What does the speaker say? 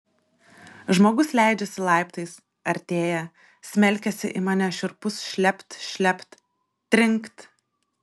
žmogus leidžiasi laiptais artėja smelkiasi į mane šiurpus šlept šlept trinkt